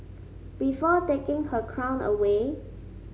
before taking her crown away